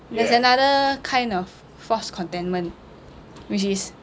there's another kind of false contentment which is